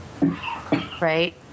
right